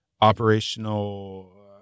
operational